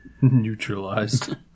Neutralized